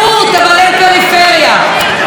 שמדברים תרבות,